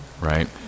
right